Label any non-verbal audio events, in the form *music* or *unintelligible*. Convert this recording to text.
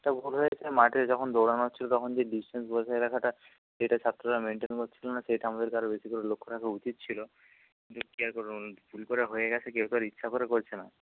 *unintelligible* ভুল হয়েছে মাঠে যখন দৌড়নো হচ্ছিল তখন যে ডিসটেন্স বজায় রাখাটা যেটা ছাত্ররা মেনটেন করছিল না সেটা আমাদেরকে আরও বেশি করে লক্ষ রাখা উচিত ছিল *unintelligible* কী আর *unintelligible* ভুল করে হয়ে গেছে কেউ তো আর ইচ্ছা করে করছে না